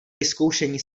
vyzkoušení